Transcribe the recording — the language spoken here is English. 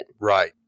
right